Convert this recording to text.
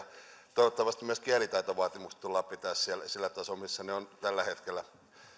toivottavasti myös kielitaitovaatimukset tullaan pitämään sillä tasolla missä ne ovat tällä hetkellä